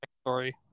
story